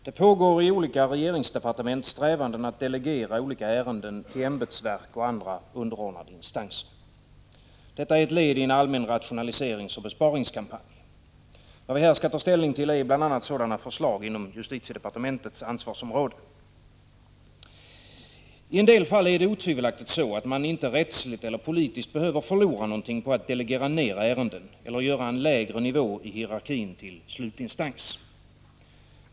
Prot. 1985/86:37 Fru talman! Det pågår i olika regeringsdepartement strävanden att 27november 1985 delegera ärenden till ämbetsverk och andra underordnade instanser. Detta är ett led i en allmän rationaliseringsoch besparingskampanj. Vad vi här skall ta ställning till är bl.a. sådana förslag inom justitiedepartementets I en del fall är det otvivelaktigt så att man inte rättsligt eller politiskt behöver förlora någonting på att delegera ner ärenden eller göra en lägre nivå i hierarkin till slutinstans.